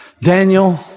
Daniel